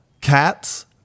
cats